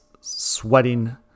sweating